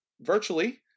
virtually